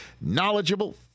knowledgeable